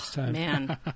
man